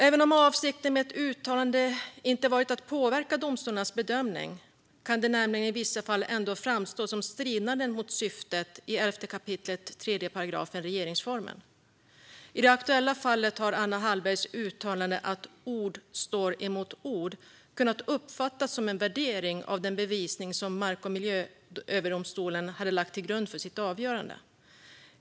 Även om avsikten med ett uttalande inte har varit att påverka domstolarnas bedömning kan det nämligen i vissa fall ändå framstå som stridande mot syftet i 11 kap. 3 § regeringsformen. I det aktuella fallet har Anna Hallbergs uttalande om att "ord står mot ord" kunnat uppfattas som en värdering av den bevisning som Mark och miljööverdomstolen hade lagt till grund för sitt avgörande.